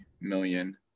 million